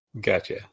Gotcha